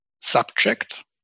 subject